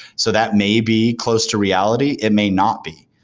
so that may be close to reality. it may not be.